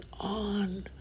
on